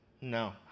No